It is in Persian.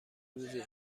روزی